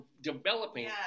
developing